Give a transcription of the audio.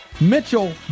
Mitchell